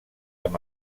amb